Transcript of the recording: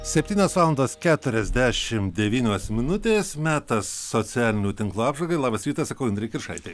septynios valandos keturiasdešim devynios minutės metas socialinių tinklų apžvalgai labas rytas sakau indrei kiršaitei